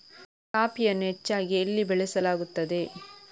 ಕಾಫಿಯನ್ನು ಹೆಚ್ಚಾಗಿ ಎಲ್ಲಿ ಬೆಳಸಲಾಗುತ್ತದೆ?